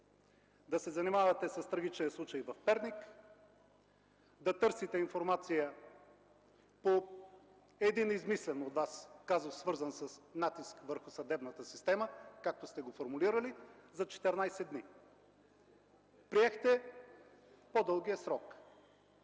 да се занимавате с трагичния случай в Перник, да търсите информация по един измислен от Вас казус, свързан с натиск върху съдебната система, както сте го формулирали, за 14 дни. Приехте по-дългия срок